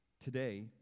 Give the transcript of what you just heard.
Today